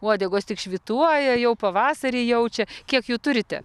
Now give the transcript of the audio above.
uodegos tik švytuoja jau pavasarį jaučia kiek jų turite